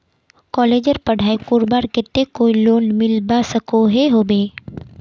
कॉलेजेर पढ़ाई करवार केते कोई लोन मिलवा सकोहो होबे?